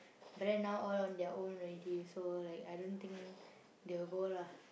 but then now all on their own already so like I don't think they will go lah